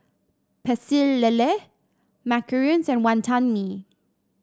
Pecel Lele macarons and Wantan Mee